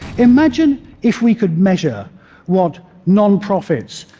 imagine if we could measure what nonprofits,